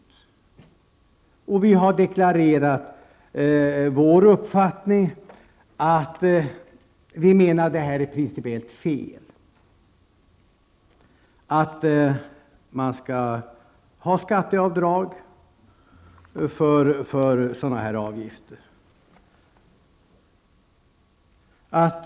Vi moderater har deklarerat vår uppfattning och har menat på att skatteavdrag för sådana avgifter är principiellt fel.